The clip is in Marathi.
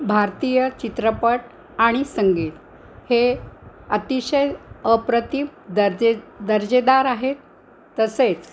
भारतीय चित्रपट आणि संगीत हे अतिशय अप्रतिम दर्जे दर्जेदार आहेत तसेच